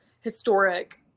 historic